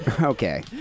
Okay